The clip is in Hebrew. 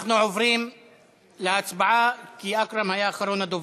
אנחנו עוברים להצבעה, כי אכרם היה אחרון הדוברים.